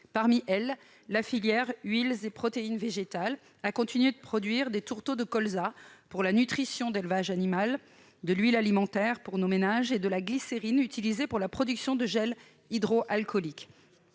Parmi elles, la filière des huiles et protéines végétales a continué de produire des tourteaux de colza pour la nutrition de l'élevage animal, de l'huile alimentaire pour nos ménages et de la glycérine pour la production de gels hydroalcooliques.